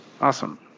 Awesome